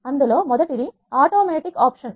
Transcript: అందులో మొదటిది automatic option